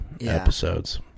episodes